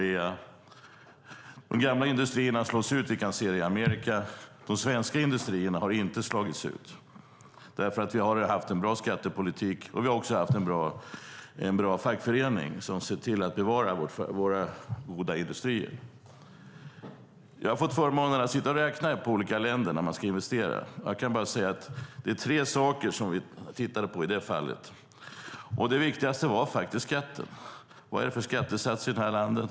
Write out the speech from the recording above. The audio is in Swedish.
De gamla industrierna slås ut. Vi kan se det i Amerika. De svenska industrierna har inte slagits ut därför att vi har haft en bra skattepolitik. Vi har också haft en bra fackförening som har sett till att bevara våra goda industrier. Jag har fått förmånen att sitta och räkna på olika länder när man ska investera. Jag kan bara säga att det är tre saker som vi tittade på i detta fall. Det viktigaste var skatten. Vad är det för skattesats i det här landet?